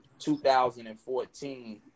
2014